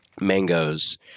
mangoes